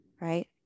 right